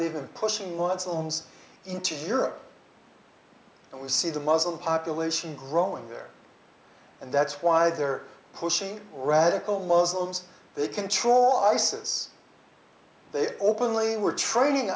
they've been pushing lots owns into europe and we see the muslim population growing there and that's why they're pushing radical muslims they control isis they openly we're training